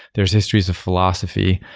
there're histories of philosophy,